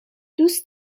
دوست